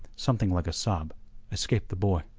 something like a sob escaped the boy.